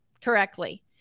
correctly